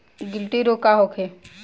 गिल्टी रोग का होखे?